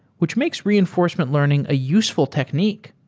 which makes reinforcement learning a useful technique.